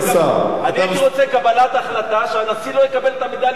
אני הייתי רוצה קבלת החלטה שהנשיא לא יקבל את המדליה בלי פולארד.